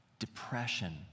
Depression